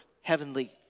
heavenly